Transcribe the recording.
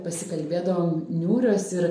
pasikalbėdavom niūrios ir